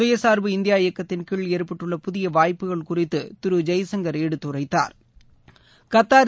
சுயசார்பு இந்தியா இயக்கத்தின் கீழ் ஏற்பட்டுள்ள புதிய வாய்ப்புகள் குறித்து திரு ஜெய்சங்கர் எடுத்துரைத்தார்